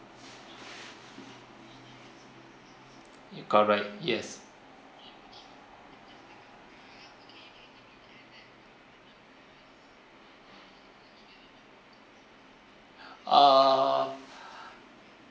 correct yes err